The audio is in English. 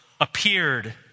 appeared